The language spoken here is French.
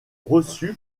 reçu